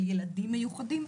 של ילדים מיוחדים,